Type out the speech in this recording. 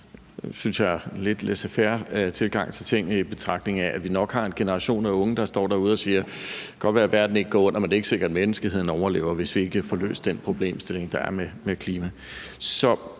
Det synes jeg lidt er en laissez faire-tilgang at have til tingene, i betragtning af at vi har en generation af unge, der står derude og siger, at det godt kan være, verden ikke går under, men det er ikke sikkert, menneskeheden overlever, hvis ikke vi får løst den problemstilling, der er med klima.